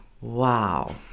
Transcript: Wow